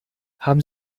haben